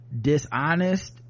dishonest